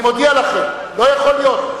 אני מודיע לכם, לא יכול להיות.